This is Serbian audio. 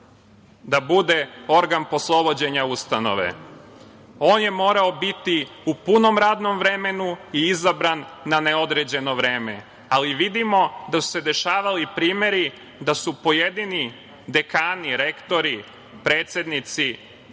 da bude organ poslovođenja ustanove. On je morao biti u punom radnom vremenu i izabran na neodređeno vreme, ali vidimo da su se dešavali primeri da su pojedini dekani, rektori, predsednici,